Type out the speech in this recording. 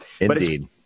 Indeed